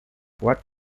what